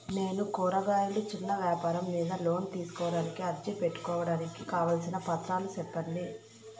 నేను కూరగాయలు చిన్న వ్యాపారం మీద లోను తీసుకోడానికి అర్జీ పెట్టుకోవడానికి కావాల్సిన పత్రాలు సెప్పండి?